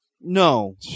No